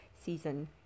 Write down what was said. season